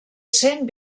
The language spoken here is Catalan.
cent